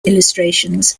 illustrations